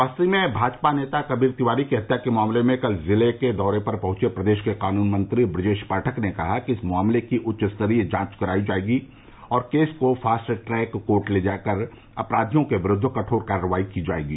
बस्ती में भाजपा नेता कबीर तिवारी की हत्या के मामले में कल जिले के दौरे पर पहुंचे प्रदेश के कानून मंत्री बुजेश पाठक ने कहा कि इस मामले की उच्चस्तरीय जांच करायी जायेगी और केस को फास्ट ट्रैक कोर्ट ले जा कर अपराधियों के विरूद्व कठोर कार्रवाई की जायेगी